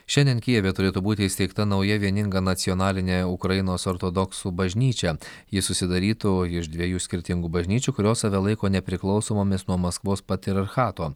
šiandien kijeve turėtų būti įsteigta nauja vieninga nacionalinė ukrainos ortodoksų bažnyčia ji susidarytų iš dviejų skirtingų bažnyčių kurios save laiko nepriklausomomis nuo maskvos patriarchato